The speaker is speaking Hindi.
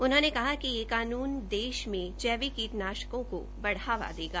उन्होंने कहा कि यह कानून देश में जैविक कीटनाशकों को बढ़ावा देगा